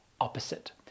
opposite